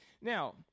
Now